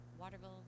Waterville